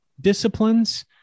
disciplines